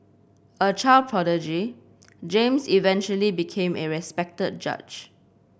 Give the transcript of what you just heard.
a child prodigy James eventually became a respected judge